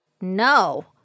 no